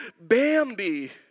Bambi